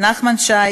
נחמן שי,